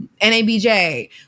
NABJ